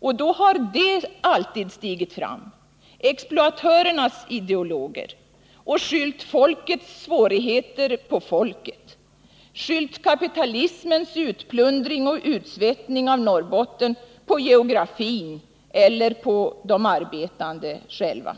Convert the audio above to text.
Och då har de alltid stigit fram, exploatörernas ideologer, och skyllt folkets svårigheter på folket, skyllt kapitalismens utplundring och utsvettning av Norrbotten på geografin eller på de arbetande själva.